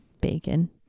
bacon